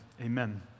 Amen